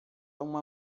uma